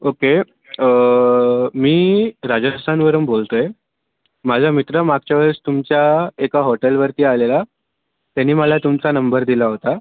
okay मी राजस्थानवरून बोलतो आहे माझा मित्र मागच्या वेळेस तुमच्या एका हॉटेलवरती आलेला त्यांनी मला तुमचा नंबर दिला होता